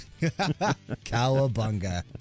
Cowabunga